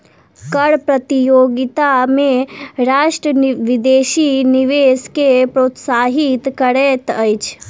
कर प्रतियोगिता में राष्ट्र विदेशी निवेश के प्रोत्साहित करैत अछि